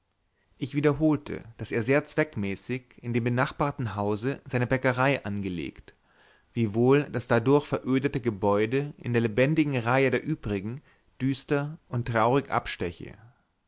ich wiederholte daß er sehr zweckmäßig in dem benachbarten hause seine bäckerei angelegt wiewohl das dadurch verödete gebäude in der lebendigen reihe der übrigen düster und traurig absteche